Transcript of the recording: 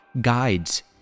guides